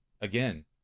again